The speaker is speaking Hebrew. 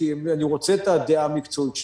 כי אם אני רוצה את הדעה המקצועית שלהם.